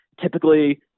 Typically